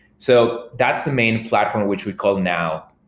so that's the main platform, which we call now.